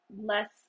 less